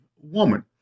woman